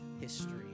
history